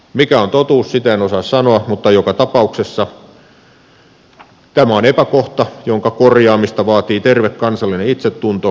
mikä on totuus sitä en osaa sanoa mutta joka tapauksessa tämä on epäkohta jonka korjaamista vaatii terve kansallinen itsetunto ja oikeudenmukaisuus